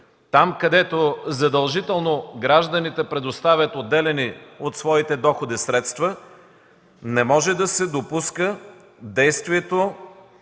гражданите задължително предоставят отделяни от своите доходи средства, не може да се допуска действието